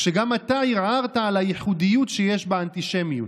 כשגם אתה ערערת על הייחודיות שיש באנטישמיות.